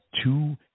two